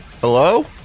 Hello